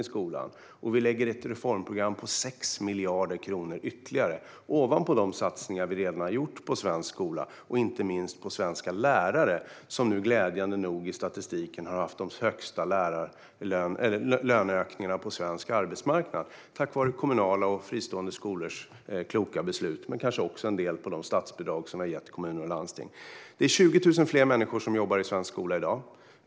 Vi lägger fram ett reformprogram värt ytterligare 6 miljarder kronor ovanpå de satsningar vi redan har gjort på svensk skola, inte minst på svenska lärare. De har nu, glädjande nog, enligt statistiken haft de högsta löneökningarna på svensk arbetsmarknad, tack vare kommunala och fristående skolors kloka beslut men kanske också till viss del de statsbidrag vi har gett kommuner och landsting. Det är 20 000 fler människor som jobbar i svensk skola i dag.